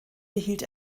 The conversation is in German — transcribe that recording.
behielt